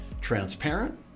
transparent